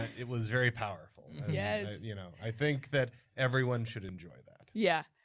it was very powerful. yeah you know i think that everyone should enjoy that. yeah